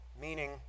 meaning